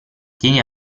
tieni